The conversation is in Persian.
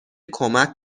کمک